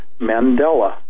Mandela